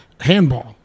Handball